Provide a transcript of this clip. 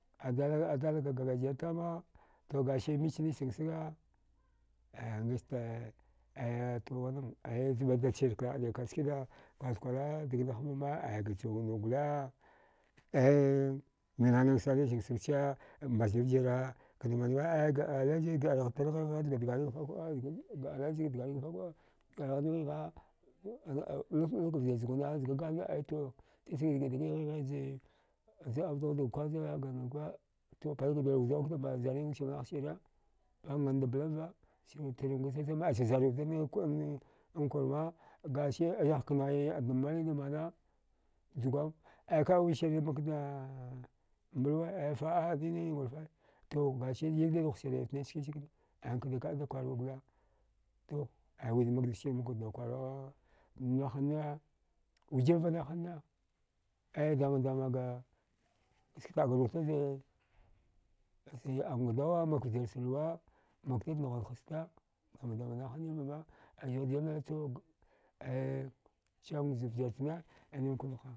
Adal adalaka ga gajer tama to gasi michnisan ngsaga aya mitchte aya to wannan bagache sir klada kwarwud kwakwara hava ma aya ga chuwaga ntk gole el mil nana sani sirsirche mbasdi vjira kda manwe aya giəargha tar ghigha zga dgharaiga pakuəa ga alaji zga dagariga pakuəa giəargha nighigha nahniga vjir zguna zga gatha ai to tarski cha ghida ghiəa ghigha aito zi zauda ghuda ga kwaza ga nuka galka dghi wuzau kna zanrin usman ghsire a nganda blava tarnkwa chachama acha zari udanni ankwarma gasi ayah knai a dambari dmana jgwam ai kaə wisir makda mbluwa ai faəa ai nine ngulfa to gasi yagdi dughsire ftnichski kna ankada kada kwarwi gole to aimakda skida makwuda kwara nahanne wujilva nahanne aya damadamaga saktaəga rutaze zai auga dawa makda davvjir luwa maktaz nhuwashasta damadama nahanni vama cheng zavjirchana aya ninkwa vaha.